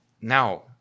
now